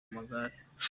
magare